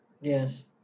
Yes